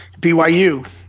BYU